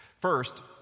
First